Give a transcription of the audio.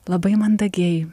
labai mandagiai